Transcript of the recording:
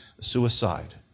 suicide